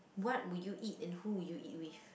what would you eat and who will you eat with